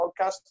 podcast